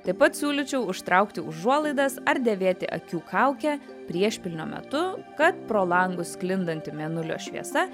taip pat siūlyčiau užtraukti užuolaidas ar dėvėti akių kaukę priešpilnio metu kad pro langus sklindanti mėnulio šviesa